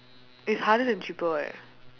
it's harder than triple eh